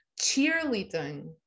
cheerleading